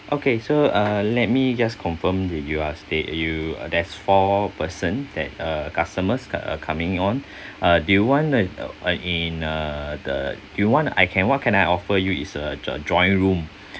okay so uh let me just confirm with you are stay you there's four person that uh customers cu~ uh coming on uh do you want uh uh in uh the do you want I can what can I offer you is a adjoining room